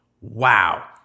Wow